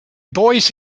boys